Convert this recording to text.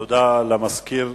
תודה לסגן המזכיר.